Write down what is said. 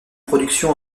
production